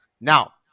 Now